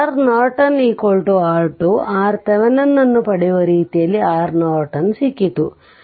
ಆದ್ದರಿಂದ R Norton R2 R2 Thevenin ಅನ್ನು ಪಡೆಯುವ ರೀತಿಯಲ್ಲಿ R Nortonಸಿಕ್ಕಿತು